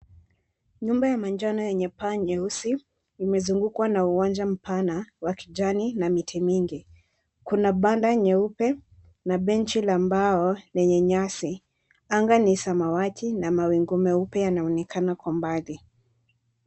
Nyumba ya manjano yenye paa nyeusi, imezungukwa na uwanja mpana wa kijani na miti mingi. Kuna banda nyeupe na benchi la mbao lenye nyasi. Anga ni samawati na mawingu meupe yanaonekana kwa mbali.